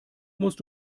musst